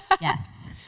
yes